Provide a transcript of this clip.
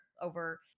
over